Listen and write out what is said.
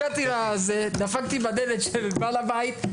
הגעתי לקרוואן ודפקתי בדלת של בעל הבית.